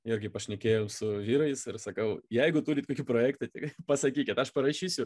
irgi pašnekėjom su vyrais ir sakau jeigu turit puikių projektų tai pasakykit aš parašysiu